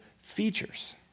features